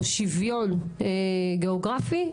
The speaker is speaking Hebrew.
או שיוון גאוגרפי,